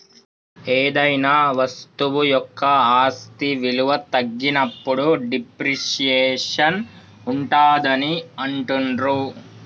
ఏదైనా వస్తువు యొక్క ఆస్తి విలువ తగ్గినప్పుడు డిప్రిసియేషన్ ఉంటాదని అంటుండ్రు